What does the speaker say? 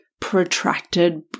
protracted